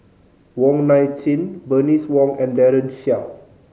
Wong Nai Chin Bernice Wong and Daren Shiau